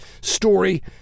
story